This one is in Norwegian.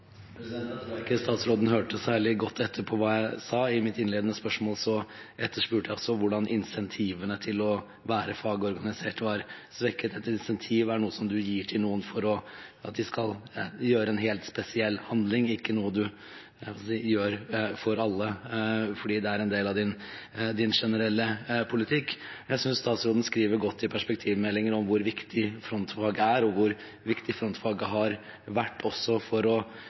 Da tror jeg ikke statsråden hørte særlig godt etter hva jeg sa. I mitt innledende spørsmål etterspurte jeg også hvordan incentivene til å være fagorganisert, var svekket. Et incentiv er noe som man gir til noen for at de skal utføre en helt spesiell handling, ikke noe man gir til alle fordi det er en del av ens generelle politikk. Jeg synes statsråden skriver godt i perspektivmeldingen om hvor viktig frontfaget er, og hvor viktig frontfaget har vært også for